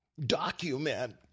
Document